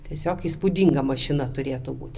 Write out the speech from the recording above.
tiesiog įspūdinga mašina turėtų būt